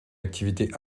activité